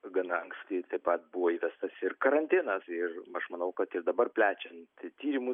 gana anksti taip pat buvo įvestas ir karantinas ir aš manau kad ir dabar plečiant tyrimų